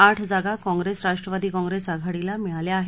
आठ जागा काँप्रेस राष्ट्रवादी काँप्रेस आघाडीला मिळाल्या आहेत